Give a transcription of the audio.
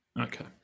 Okay